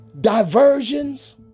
diversions